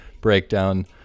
breakdown